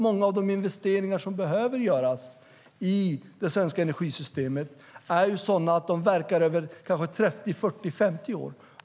Många av de investeringar som behöver göras i det svenska energisystemet är sådana att de verkar över kanske 30, 40, 50 år.